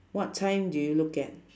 what time do you look at